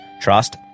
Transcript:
trust